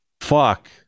fuck